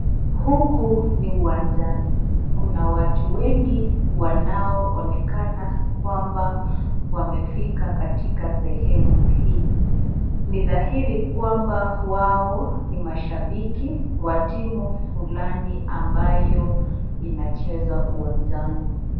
Huku ni uwanjani, kuna watu wengi wanaonekana kwamba wamefika katika sehemu hii, ni dhahiri kwamba wao ni mashabiki wa timu fulani ambayo inacheza uwanjani.